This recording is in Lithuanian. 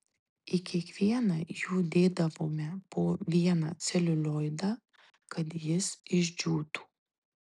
į kiekvieną jų dėdavome po vieną celiulioidą kad jis išdžiūtų